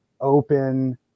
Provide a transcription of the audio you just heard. open